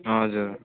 हजुर